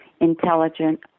intelligent